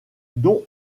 dont